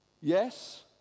Yes